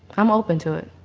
i'm open to it.